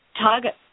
target